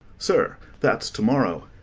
sir, that's to-morrow.